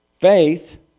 Faith